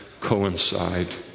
coincide